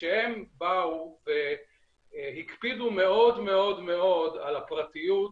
וכשהן באו והקפידו מאוד מאוד מאוד על הפרטיות,